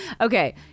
Okay